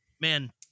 man